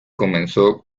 comenzó